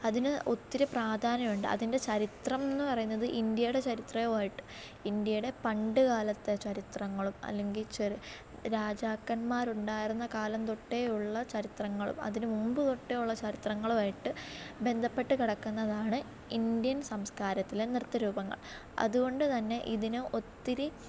അതിന് ഒത്തിരി പ്രാധാന്യം ഉണ്ട് അതിൻ്റെ ചരിത്രം എന്ന് പറയുന്നത് ഇന്ത്യയുടെ ചരിത്രമായിട്ട് ഇന്ത്യയുടെ പണ്ട് കാലത്തെ ചരിത്രങ്ങളും അല്ലെങ്കിൽ രാജാക്കന്മാരുണ്ടായിരുന്ന കാലം തൊട്ടേയുള്ള ചരിത്രങ്ങളും അതിന് മുമ്പ് തൊട്ടേയുള്ള ചരിത്രങ്ങളുമായിട്ട് ബന്ധപ്പെട്ട് കിടക്കുന്നതാണ് ഇന്ത്യൻ സംസ്കാരത്തിലെ നൃത്തരൂപങ്ങൾ അതുകൊണ്ട് തന്നെ ഇതിന് ഒത്തിരി